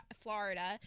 Florida